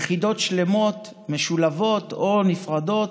יחידות שלמות, משולבות או נפרדות,